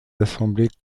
assemblées